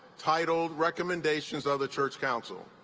titled recommendations of the church council.